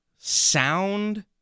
sound